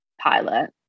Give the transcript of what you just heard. pilot